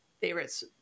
favorites